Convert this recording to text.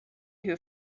who